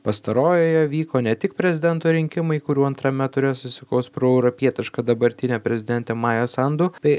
pastarojoje vyko ne tik prezidento rinkimai kurių antrame ture susikaus proeuropietiška dabartinė prezidentė maja sandu bei